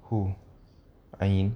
who ain